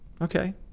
Okay